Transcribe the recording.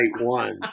one